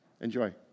Enjoy